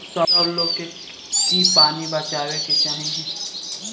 सब लोग के की पानी बचावे के चाही